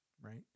right